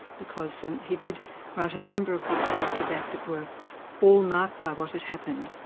because um he did write a number of books after that that were all marked by what had happened,